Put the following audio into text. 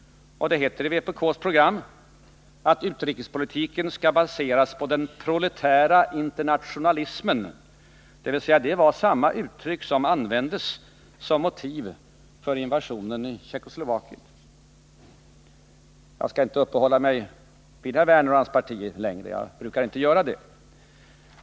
I vpk:s partiprogram heter det: ”Utrikespolitiken skall baseras på den proletära internatio nalismen.” Det var samma uttryck som användes såsom motiv för invasionen i Tjeckoslovakien. Jag skall inte längre uppehålla mig vid herr Werner och hans parti. Jag brukar inte göra det.